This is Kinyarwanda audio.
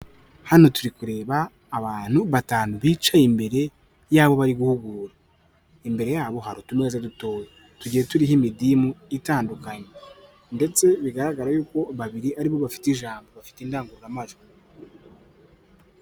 Hano turi kureba abantu batanu bicaye imbere y'abo bari guhugura imbere yabo hari utumeza dutoya, tugiye turiho imidimu itandukanye ndetse bigaragara y'uko babiri aribo bafite ijambo bafite indangurumajwi.